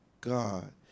God